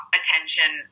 attention